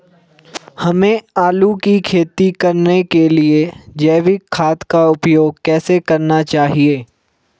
हमें आलू की खेती करने के लिए जैविक खाद का उपयोग कैसे करना चाहिए?